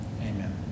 Amen